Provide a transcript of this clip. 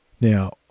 Now